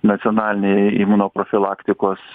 nacionalinėj imunoprofilaktikos